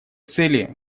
цели